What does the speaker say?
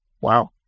Wow